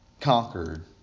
conquered